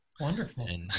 Wonderful